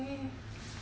then you don't